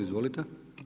Izvolite.